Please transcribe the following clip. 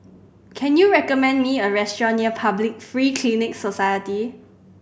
can you recommend me a restaurant near Public Free Clinic Society